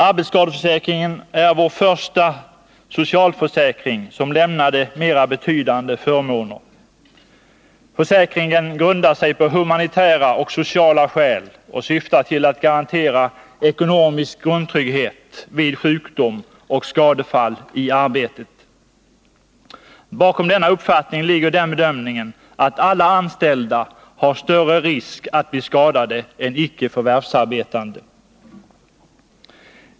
Arbetsskadeförsäkringen är vår första socialförsäkring som lämnade mera betydande förmåner. Försäkringen grundar sig på humanitära och sociala skäl och syftar till att garantera ekonomisk grundtrygghet vid sjukdom och skadefall i arbetet. Bakom denna uppfattning ligger den bedömningen att alla anställda har större risk att bli skadade än icke förvärvsarbetande.